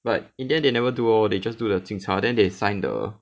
but in the end they never do lor they just do the 敬茶 then they sign the